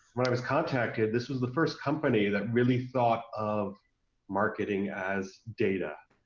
when i was contacted, this was the first company that really thought of marketing as data,